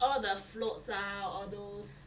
all the floats ah all those